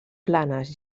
planes